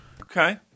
Okay